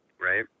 right